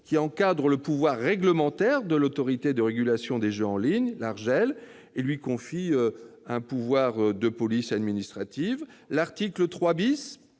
qui encadre le pouvoir réglementaire de l'Autorité de régulation des jeux en ligne, l'ARJEL, et lui confie un pouvoir de police administrative. À l'article 3 A,